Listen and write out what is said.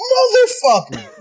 Motherfucker